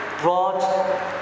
brought